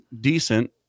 decent